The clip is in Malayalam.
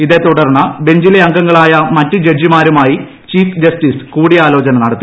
ഇതേ തുടർന്ന് ബെഞ്ചിലെ അംഗങ്ങളായി മറ്റ് ജഡ്ജിമാരുമായി ചീഫ് ജസ്റ്റിസ് കൂടിയാലോചന നടത്തി